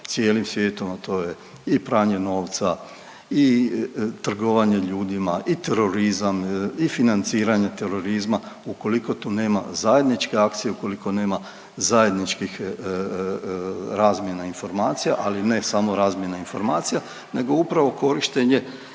cijelim svijetom, a to je i pranje novca i trgovanje ljudima i terorizam i financiranje terorizma, ukoliko tu nema zajedničke akcije, ukoliko nema zajedničkih razmjena informacija, ali ne samo razmjena informacija, nego upravo korištenje